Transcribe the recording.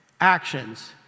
actions